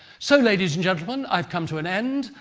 so, ladies and gentlemen, i've come to an end,